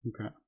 Okay